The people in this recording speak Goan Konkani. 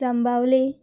जांबावली